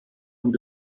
und